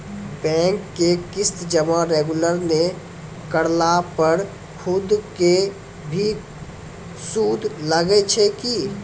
Bank के किस्त जमा रेगुलर नै करला पर सुद के भी सुद लागै छै कि?